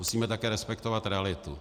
Musíme také respektovat realitu.